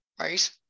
right